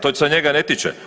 To se njega ne tiče.